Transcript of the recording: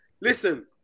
Listen